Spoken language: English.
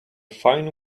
fine